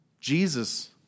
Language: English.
Jesus